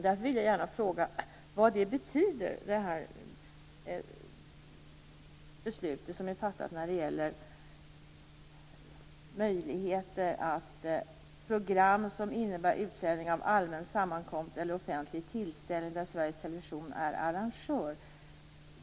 Därför vill jag fråga vad det fattade beslutet betyder för möjligheten att sända program, som visar allmän sammankomst eller offentlig tillställning, för vilka Sveriges Television är arrangör.